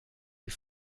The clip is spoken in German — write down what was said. die